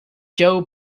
joe